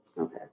Okay